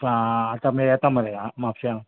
आं आसा मरे येता मरे हां म्हापशा